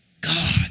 God